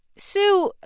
sue,